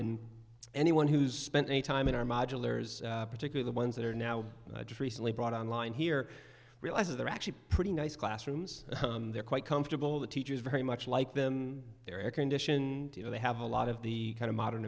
and anyone who's spent any time in our modulars particularly ones that are now just recently brought on line here realize they're actually pretty nice classrooms they're quite comfortable the teachers very much like them they're air conditioned you know they have a lot of the kind of modern